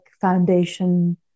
Foundation